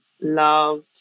loved